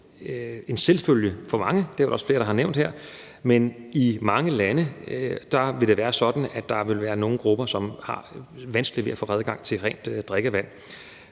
en selvfølge for mange, og det er der også flere der har nævnt her, men i mange lande vil det være sådan, at der vil være nogle grupper, som har vanskeligt ved at få adgang til rent drikkevand.